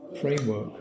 framework